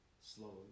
slowly